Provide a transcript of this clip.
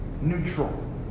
neutral